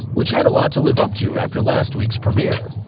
which had a lot to live up to after last week's premiere.